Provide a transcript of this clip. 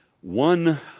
one